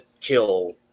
kill